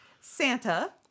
Santa